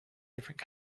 different